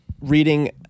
reading